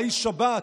מהי שבת,